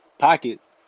pockets